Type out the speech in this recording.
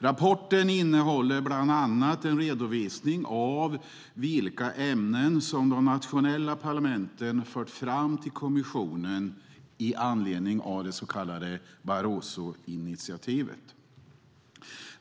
Rapporten innehåller bland annat en redovisning av vilka ämnen som de nationella parlamenten fört fram till kommissionen i anledning av det så kallade Barrosoinitiativet.